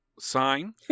sign